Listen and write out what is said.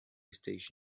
station